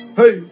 Hey